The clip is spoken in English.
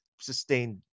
sustained